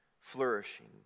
flourishing